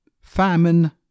famine